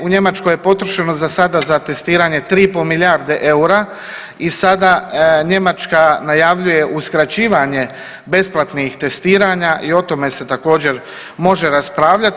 U Njemačkoj je potrošeno za sada za testirano 3,5 milijarde eura i sada Njemačka najavljuje uskraćivanje besplatnih testiranja i o tome se također može raspravljati.